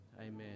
amen